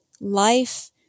life